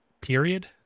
period